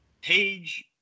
page